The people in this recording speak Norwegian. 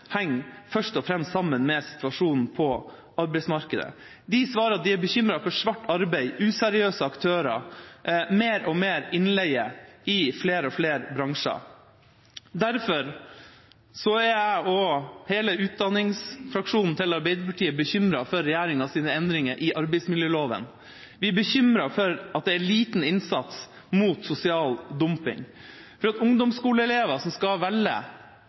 henger først og fremst sammen med situasjonen på arbeidsmarkedet. De svarer at de er bekymret for svart arbeid, useriøse aktører og mer og mer innleie i flere og flere bransjer. Derfor er jeg og hele utdanningsfraksjonen til Arbeiderpartiet bekymret for regjeringas endringer i arbeidsmiljøloven. Vi er bekymret for at det er liten innsats mot sosial dumping. Ungdomsskoleelever som skal velge,